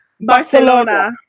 Barcelona